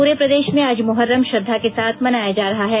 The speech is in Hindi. पूरे प्रदेश में आज मोहर्रम श्रद्धा के साथ मनाया जा रहा है